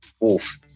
wolf